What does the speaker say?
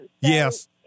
Yes